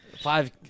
Five